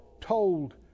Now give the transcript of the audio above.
told